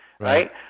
Right